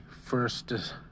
first